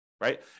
right